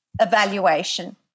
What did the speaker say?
evaluation